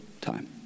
time